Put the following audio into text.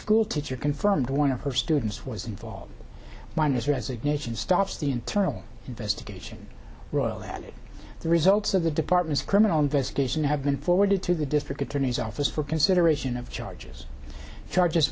school teacher confirmed one of her students was involved weiner's resignation stops the internal investigation royal adding the results of the department's criminal investigation have been forwarded to the district attorney's office for consideration of charges charges